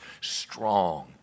strong